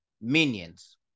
minions